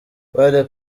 bari